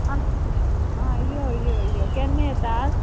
आं आं यो यो यो केन्ना येता आज